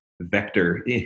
vector